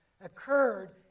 occurred